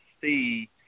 see